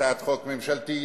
בסוף זה בא עם הצעת חוק ממשלתית,